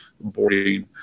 boarding